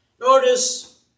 Notice